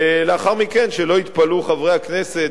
ולאחר מכן שלא יתפלאו חברי הכנסת,